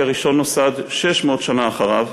כי הראשון נוסד 600 שנה אחריו.